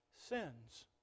sins